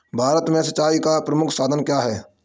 भारत में सिंचाई का प्रमुख साधन क्या है?